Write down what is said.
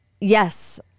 yes